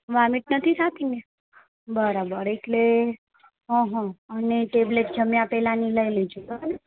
vomit નથી થતી ને બરાબર એટલે અને અં હં ટેબ્લેટ જમ્યાં પહેલાંની લઈ લેજો